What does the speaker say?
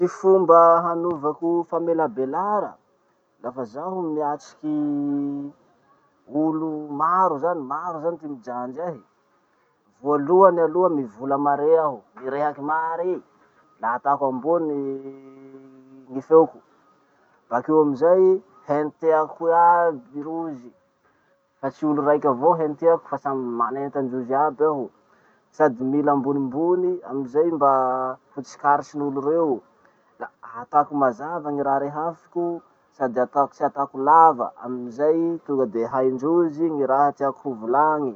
Ty fomba hanaovako famelabelara lafa zaho miatriky olo maro zany, maro zany ty mijanjy ahy. Voalohany aloha mivola mare aho, mirehaky mare la atako ambony ny feoko. Bakeo amizay, hentiako iaby rozy, fa tsy olo raiky avao hentiako fa samby manenta androzy aby aho. Sady mila ambonimbony amizay mba hotsikaritrin'olo reo. La atako mazava gny raha rehafiko sady ataoko- tsy ataoko lava amin'izay tonga de haindrozy ny raha tiako ho volany.